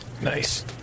Nice